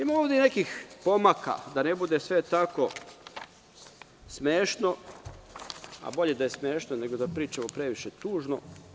Ima ovde i nekih pomaka, da ne bude sve tako smešno, a bolje da je smešno nego da pričamo previše tužno.